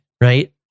right